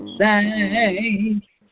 thank